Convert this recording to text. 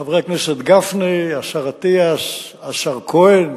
חבר הכנסת גפני, השר אטיאס, השר כהן,